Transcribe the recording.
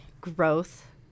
growth